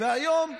גם לפני,